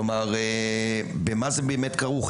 כלומר במה זה באמת כרוך?